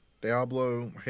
Diablo